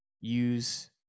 use